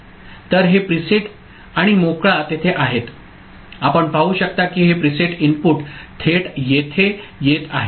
तर हे प्रीसेट आणि मोकळा तेथे आहेत आपण पाहू शकता की हे प्रीसेट इनपुट थेट येथे येत आहे